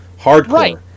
hardcore